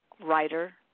writer